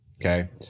okay